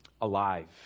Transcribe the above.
alive